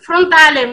הלימודים הפרונטלית.